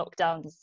lockdowns